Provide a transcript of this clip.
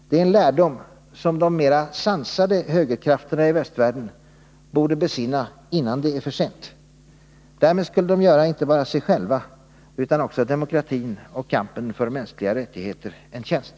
Det är en lärdom som de mera sansade högerkrafterna i västvärlden borde besinna innan det är för sent. Därmed skulle de göra inte bara sig själva utan också demokratin och kampen för de mänskliga rättigheterna en tjänst.